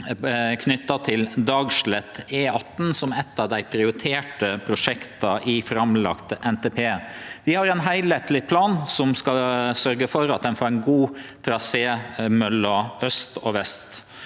knytt til Dagslett–E18, som er eit av dei prioriterte prosjekta i framlagd NTP. Vi har ein heilskapleg plan som skal sørgje for at ein får ein god trasé mellom aust og vest.